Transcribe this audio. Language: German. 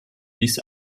dies